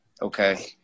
Okay